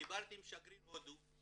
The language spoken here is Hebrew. דיברתי עם שגריר הודו.